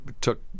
took